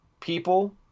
people